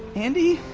andi?